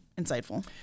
insightful